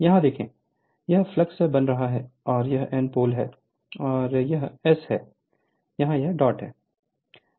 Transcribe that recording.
यहाँ देखो यह फ्लक्स बना है और यह N पोल है और यहाँ यह S है यहाँ यह डॉट है